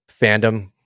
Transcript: fandom